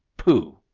pooh!